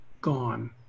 gone